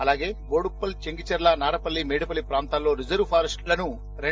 అలాగే బోడుప్పల్ చెంగిచెర్ల నారపల్లి మేడిపల్లి ప్రాంతాల్లోని రిజర్వు ఫారెస్ట్లను రూ